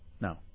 No